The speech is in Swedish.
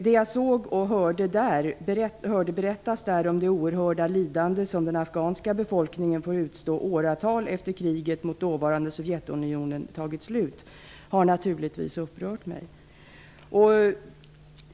Det jag såg och hörde berättas där, om det oerhörda lidande som den afghanska befolkningen får utstå åratal efter att kriget mot dåvarande Sovjetunionen tagit slut, har naturligtvis upprört mig.